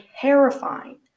terrifying